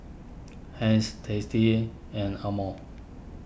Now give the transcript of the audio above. Heinz Tasty and Amore